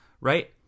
right